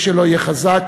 מי שלא יהיה חזק,